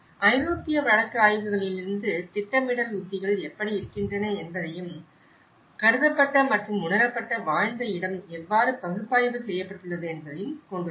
ஐரோப்பிய வழக்கு ஆய்வுகளிலிருந்து திட்டமிடல் உத்திகள் எப்படி இருக்கின்றன என்பதையும் கருதப்பட்ட மற்றும் உணரப்பட்ட வாழ்ந்த இடம் எவ்வாறு பகுப்பாய்வு செய்யப்பட்டுள்ளது என்பதையும் கொண்டுள்ளன